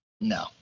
No